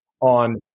on